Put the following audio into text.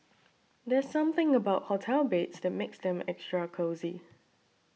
there's something about hotel beds that makes them extra cosy